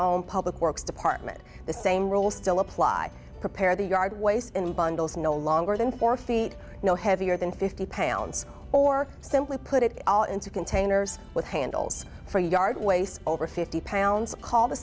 own public works department the same rules still apply prepare the yard waste in bundles no longer than four feet no heavier than fifty pounds or simply put it all into containers with handles for yard waste over fifty pounds call